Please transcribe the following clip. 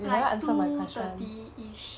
like two thirty-ish